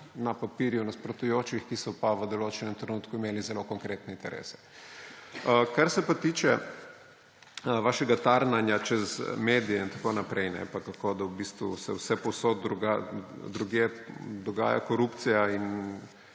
na papirju nasprotujočih, ki sta pa v določenem trenutku imeli zelo konkretne interese. Kar se tiče vašega tarnanja čez medije in tako naprej, pa kako da v bistvu se vsepovsod drugje dogaja korupcija in